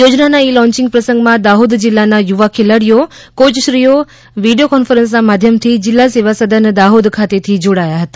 યોજનાના e launching પ્રસંગમાં દાહોદ જિલ્લાના યુવા ખેલાડીઓ કોચશ્રીઓ વિડિયો કોન્ફરન્સના માધ્યમથી જિલ્લા સેવા સદન દાહોદ ખાતેથી જોડાયા હતા